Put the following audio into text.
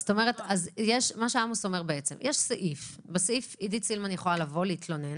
מה שעמוס אומר זה שיש סעיף שאומר שעידית סילמן יכולה לבוא ולהתלונן,